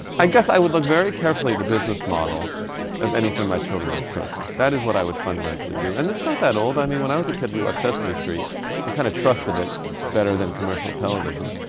i guess i would look very carefully at the business model of anything my children are exposed to. that is what i would fundamentally do. and it's not that old. i mean when i was a kid we watched sesame street and kind of trusted it better than commercial television.